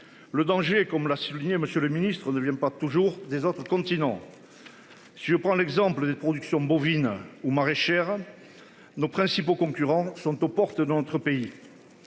Le danger, comme l'a souligné, Monsieur le Ministre ne vient pas toujours des autres continents. Si je prends l'exemple des production bovine ou maraîchères. Nos principaux concurrents sont aux portes dans notre pays.